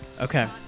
Okay